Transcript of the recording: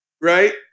Right